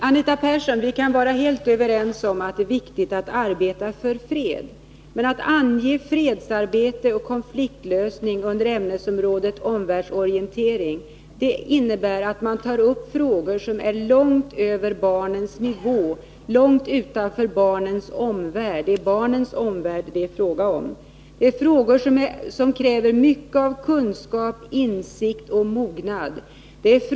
Herr talman! Vi kan, Anita Persson, vara helt överens om att det är viktigt att arbeta för fred. Men att ange fredsarbete och konfliktlösning under ämnesområdet omvärldsorientering innebär att man tar upp frågor som ligger långt över barnens nivå och långt utanför deras omvärld. Det är nämligen den som det är fråga om. Sådana frågor kräver mycken kunskap, stor insikt och mognad.